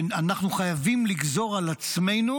שאנחנו חייבים לגזור על עצמנו